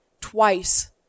twice